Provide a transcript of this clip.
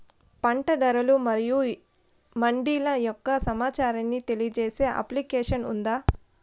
పంట ధరలు మరియు మండీల యొక్క సమాచారాన్ని తెలియజేసే అప్లికేషన్ ఉందా?